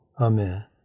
Amen